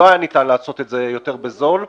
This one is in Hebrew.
לא היה ניתן לעשות את זה יותר בזול.